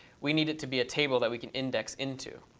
we need it to be a table that we can index into.